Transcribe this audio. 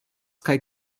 kaj